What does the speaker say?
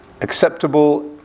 acceptable